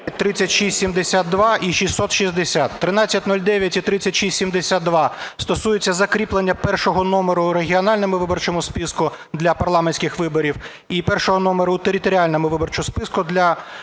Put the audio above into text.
3672 і 660. 1309 і 3672 стосуються закріплення першого номеру у регіональному виборчому списку для парламентських виборів і першого номеру у територіальному виборчому списку. Для зміни черговості